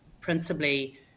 principally